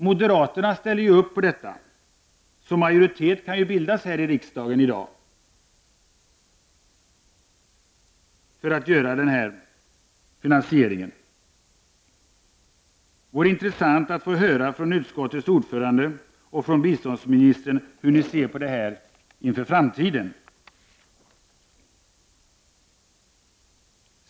Moderaterna ställer tydligen upp på detta, så majoritet kan bildas här i riksdagen i dag för en sådan finansiering. Det vore intressant att få höra från utskottets ordförande och biståndsministern hur ni ser på detta inför framtiden.